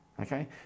Okay